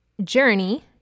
journey